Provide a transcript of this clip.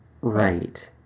Right